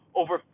over